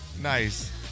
Nice